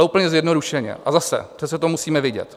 Úplně zjednodušeně a zase, přece to musíme vidět.